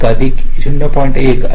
1 असेल तर x चे आऊटपुट मिळेल